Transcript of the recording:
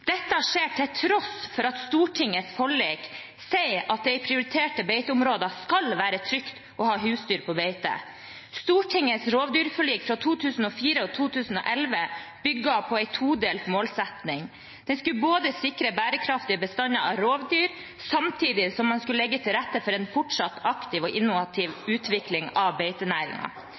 Dette skjer til tross for at Stortingets forlik sier at det i prioriterte beiteområder skal være trygt å ha husdyr på beite. Stortingets rovdyrforlik fra 2004 og 2011 bygde på en todelt målsetting. Den skulle sikre bærekraftige bestander av rovdyr, samtidig som man skulle legge til rette for en fortsatt aktiv og innovativ utvikling av